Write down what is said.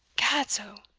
gadso!